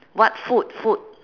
what food food